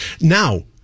Now